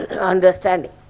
understanding